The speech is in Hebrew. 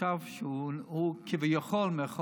שעכשיו שהוא כביכול, במירכאות,